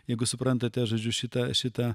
jeigu suprantate žodžiu šitą šitą